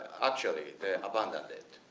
actually the abundant it.